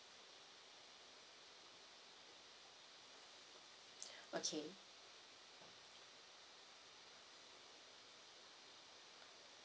okay